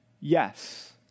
yes